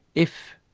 if,